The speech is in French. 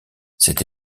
cette